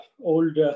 old